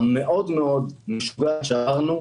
המשוגעת מאוד שעברנו,